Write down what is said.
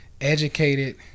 educated